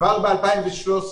וכבר ב-2013,